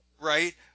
Right